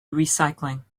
recycling